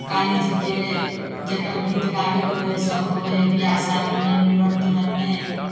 काली जीके जकर गीत गाबयके होइ हइ सभ गबै हइ ब्याह शादीमे मूड़न तूड़नमे